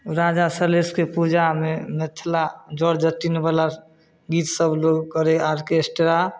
राजा सलहेशके पूजामे मिथिला जट जटिनवला गीत सभ लोक करै ऑरकेस्ट्रा